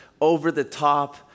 over-the-top